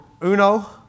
uno